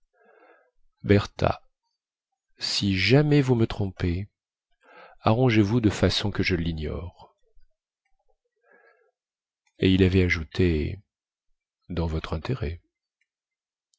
bertha si jamais vous me trompez arrangez-vous de façon que je lignore et il avait ajouté dans votre intérêt